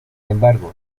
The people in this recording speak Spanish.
embargo